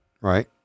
right